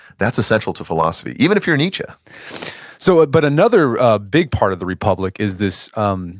that's essential to philosophy even if you're nietzsche so but another ah big part of the republic is this um